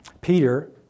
Peter